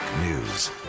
News